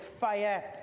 fire